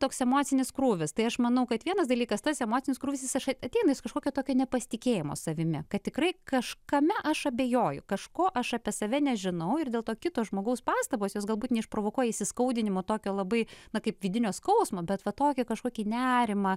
toks emocinis krūvis tai aš manau kad vienas dalykas tas emocinis krūvis jis ateina iš kažkokio tokio nepasitikėjimo savimi kad tikrai kažkame aš abejoju kažko aš apie save nežinau ir dėl to kito žmogaus pastabos jos galbūt neišprovokuoja įsiskaudinimo tokio labai na kaip vidinio skausmo bet va tokį kažkokį nerimą